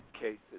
cases